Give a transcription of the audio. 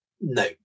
no